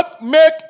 make